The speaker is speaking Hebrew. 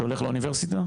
שהולך לאוניברסיטה?